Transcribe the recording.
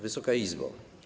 Wysoka Izbo!